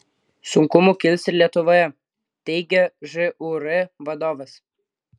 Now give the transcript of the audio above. sunkumų kils ir lietuvoje teigia žūr vadovas